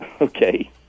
Okay